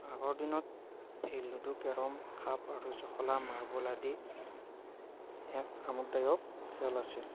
আগৰ দিনত এই লুডু কেৰম সাপ আৰু জখলা মাৰ্বল আদি এক আমোদদায়ক খেল আছিল